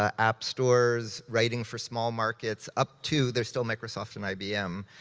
ah app stores, writing for small markets, up to, there's still microsoft and ibm,